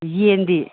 ꯌꯦꯟꯗꯤ